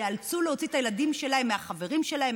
ייאלצו להוציא את הילדים שלהם מהחברים שלהם,